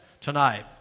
tonight